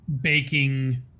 Baking